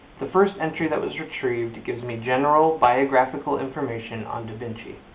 the first entry that was retrieved gives me general biographical information on da vinci.